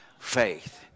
faith